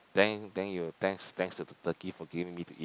then then you thanks thanks to the turkey for giving me to eat